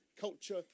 culture